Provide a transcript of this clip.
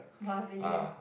!wah! really ah